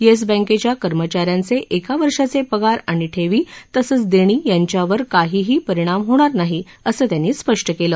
yes बँकेच्या कर्मचाऱ्यांचे एका वर्षाचे पगार आणि ठेवी तसंच देणी यांच्यावर काहीही परिणाम होणार नाही असं त्यांनी स्पष्ट केलं